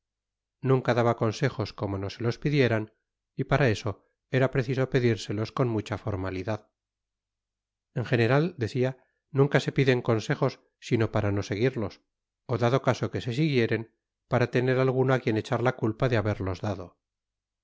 nunca daba consejos como no se los pidieran y para eso era preciso pedirselos con mucha formalidad en general decia nunca se piden consejos sino para no seguirlos ó dado caso que se siguieren para tener alguno á quien echar la culpa de haberlos dado